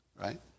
Right